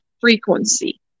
frequency